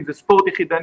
אם זה ספורט יחידני,